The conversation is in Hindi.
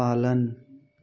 पालन